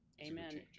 Amen